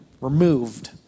removed